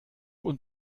und